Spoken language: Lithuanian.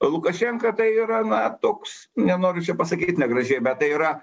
lukašenka tai yra na toks nenoriu čia pasakyt negražiai bet tai yra